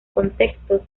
contextos